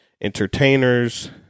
entertainers